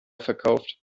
verkauft